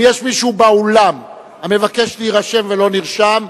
אם יש מישהו באולם המבקש להירשם ולא נרשם,